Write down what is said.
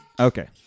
Okay